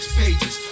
pages